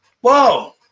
Whoa